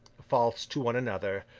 false to one another,